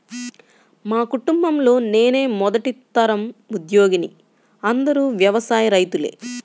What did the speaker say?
మా కుటుంబంలో నేనే మొదటి తరం ఉద్యోగిని అందరూ వ్యవసాయ రైతులే